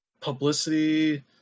publicity